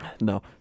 No